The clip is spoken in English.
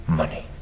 money